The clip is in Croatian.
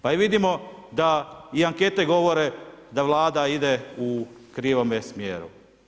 Pa i vidimo, da i ankete govore, da Vlada ide u krivome smjeru.